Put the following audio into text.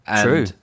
True